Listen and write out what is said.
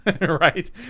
right